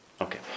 Okay